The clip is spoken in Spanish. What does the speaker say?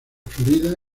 florida